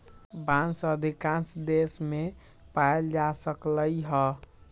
बांस अधिकांश देश मे पाएल जा सकलई ह